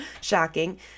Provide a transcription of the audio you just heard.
shocking